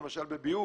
למשל בביוב,